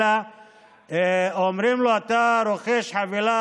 אלא אומרים לו: אתה רוכש חבילה,